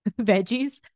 Veggies